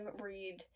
read